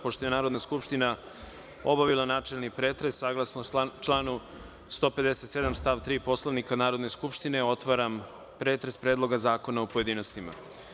Pošto je Narodna skupština obavila načelni pretres, saglasno članu 157. stav 3. Poslovnika Narodne skupštine, otvaram pretres Predloga zakona u pojedinostima.